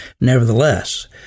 nevertheless